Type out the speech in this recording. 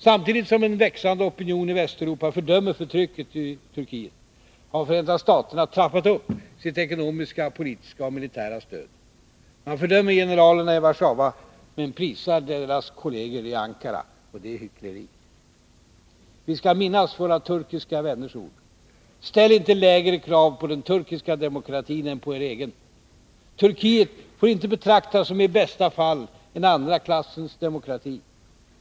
Samtidigt som en växande opinion i Västeuropa fördömer förtrycket i Turkiet, har Förenta staterna trappat upp sitt ekonomiska, politiska och militära stöd. Man fördömer generalerna i Warszawa men prisar deras kolleger i Ankara. Det är hyckleri. Vi skall minnas våra turkiska vänners ord: Ställ inte lägre krav på den turkiska demokratin än på er egen! Turkiet får inte betraktas som en i bästa fall andra klassens demokrati.